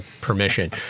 permission